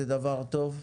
זה דבר טוב.